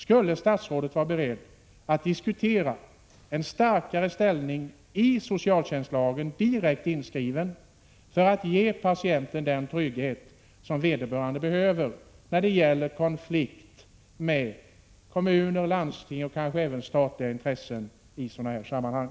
Skulle statsrådet vara beredd att diskutera att patienten får en starkare ställning direkt inskriven i socialtjänstlagen för att skapa trygghet för vederbörande när det gäller konflikt med kommuners, landstings och statens intressen i sådana här sammanhang?